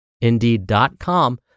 indeed.com